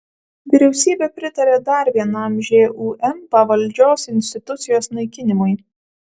vyriausybė pritarė dar vienam žūm pavaldžios institucijos naikinimui